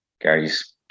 Gary's